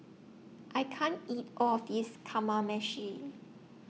I can't eat All of This Kamameshi